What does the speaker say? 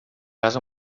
gas